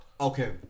Okay